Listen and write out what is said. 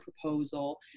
proposal